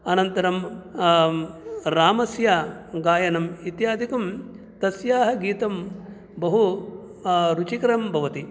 अनन्तरं रामस्य गायनम् इत्यादिकं तस्याः गीतं बहु रुचिकरं भवति